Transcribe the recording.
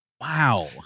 Wow